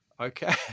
okay